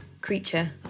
creature